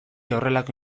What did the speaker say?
horrelako